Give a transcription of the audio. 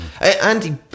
Andy